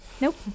Nope